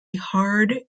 hard